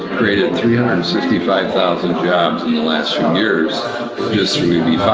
created three hundred and sixty-five thousand jobs in the last few years just through eb